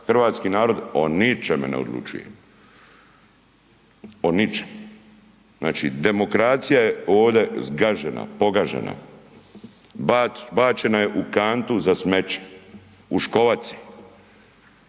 hrvatski narod o ničemu ne odlučuje, o ničemu. Znači demokracija je ovdje zgažena, pogažena, bačena je u kantu za smeće, u